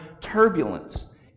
turbulence